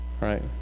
right